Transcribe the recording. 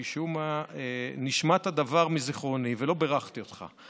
ומשום מה נשמט הדבר מזיכרוני ולא בירכתי אותך.